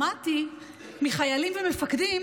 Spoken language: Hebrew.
שמעתי מחיילים ומפקדים